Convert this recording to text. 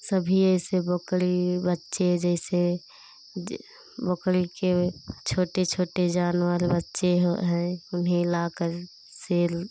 सभी ऐसे बकरी बच्चे जैसे बकरी के छोटे छोटे जानवर बच्चे हो हैं उन्हें लाकर सेल